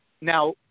Now